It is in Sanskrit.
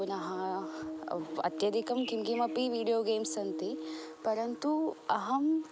पुनः अत्यधिकं किम्किमपिवीड्यो गेम् सन्ति परन्तु अहम्